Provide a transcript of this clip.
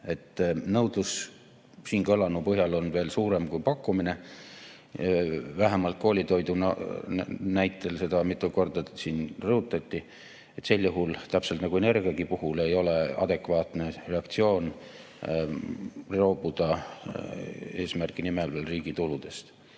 Nõudlus on siin kõlanu põhjal veel suurem kui pakkumine. Vähemalt koolitoidu näitel seda mitu korda siin rõhutati. Sel juhul, täpselt nagu energiagi puhul, ei ole adekvaatne reaktsioon loobuda eesmärgi nimel riigi tuludest.